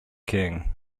king